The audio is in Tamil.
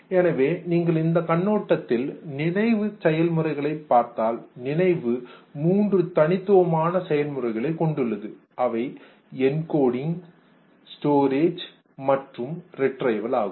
எனவே நீங்கள் இந்த கண்ணோட்டத்தில் நினைவு செயல்முறைகளை பார்த்தால் நினைவு மூன்று தனித்துவமான செயல்முறை கொண்டுள்ளது அவை என்கோடிங் குறியாக்கம் ஸ்டோரேஜ் சேமிப்பகம் மற்றும் ரிட்ரைவல் மீட்டெடுப்பு ஆகும்